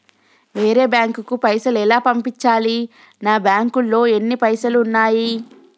వేరే బ్యాంకుకు పైసలు ఎలా పంపించాలి? నా బ్యాంకులో ఎన్ని పైసలు ఉన్నాయి?